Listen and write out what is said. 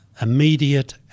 immediate